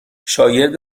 شاگرد